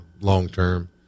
long-term